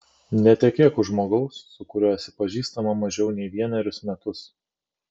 netekėk už žmogaus su kuriuo esi pažįstama mažiau nei vienerius metus